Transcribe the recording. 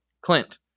clint